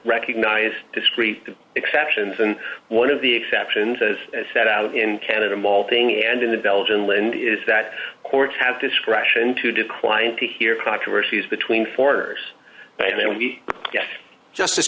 recognized discrete exceptions and one of the exceptions as set out in canada involving and in the belgian land is that courts have discretion to decline to hear controversies between foreigners and then we get justice